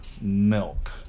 milk